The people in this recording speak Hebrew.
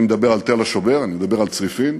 אני מדבר על תל-השומר, אני מדבר על צריפין,